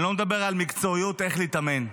אני לא מדבר על מקצועיות איך להתאמן.